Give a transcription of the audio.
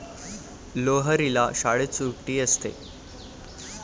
लोहरीला शाळेत सुट्टी असते